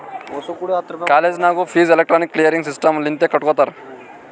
college ನಾಗೂ fees electronic clearing system ಲಿಂತೆ ಕಟ್ಗೊತ್ತಾರ್